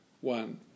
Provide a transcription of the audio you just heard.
one